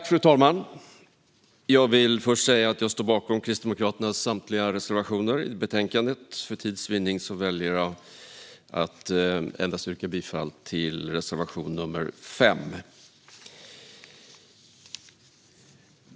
Fru talman! Jag står bakom Kristdemokraternas samtliga reservationer i betänkandet. För tids vinnande väljer jag att yrka bifall endast till reservation nr 5.